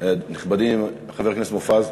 נכבדי, חבר הכנסת מופז מסכים.